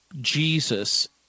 Jesus